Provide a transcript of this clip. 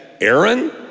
Aaron